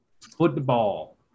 football